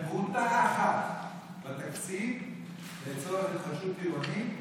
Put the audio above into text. פרוטה אחת בתקציב לצורך התחדשות עירונית,